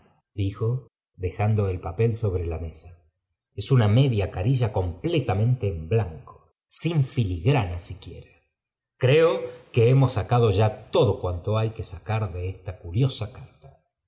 j dejando el papel sobre la meaa m una media carilla completamente en blanco sin filigrana siquiera creo que hemos sacado ya todo cuanto hay que sacar de esta curiosa carta